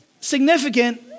significant